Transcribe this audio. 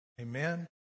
Amen